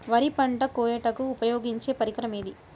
వరి పంట కోయుటకు ఉపయోగించే పరికరం ఏది?